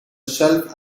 shelf